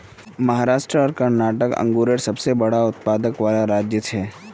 महाराष्ट्र आर कर्नाटक अन्गुरेर सबसे बड़ा उत्पादक वाला राज्य छे